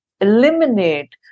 eliminate